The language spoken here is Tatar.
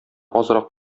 азрак